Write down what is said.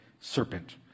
serpent